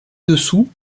dessous